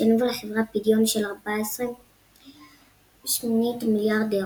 שהניבו לחברה פדיון של 14.8 מיליארד אירו.